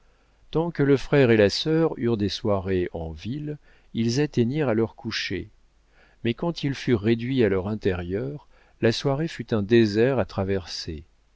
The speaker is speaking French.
tant que le frère et la sœur eurent des soirées en ville ils atteignirent à leur coucher mais quand ils furent réduits à leur intérieur la soirée fut un désert à traverser